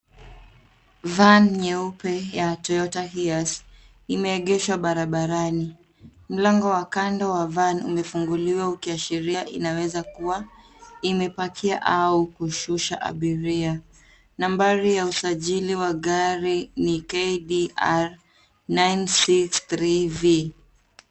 Van nyeupe, ya Toyota HiAce imeegeshwa barabarani. Mlango wa kando wa van umefunguliwa ikiashiria inaweza kuwa imepakia, au kushusha abiria, nambari ya usajili wa gari, ni KDR 963 V.